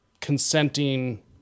consenting